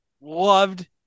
loved